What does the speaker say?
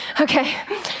Okay